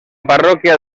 parròquia